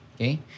Okay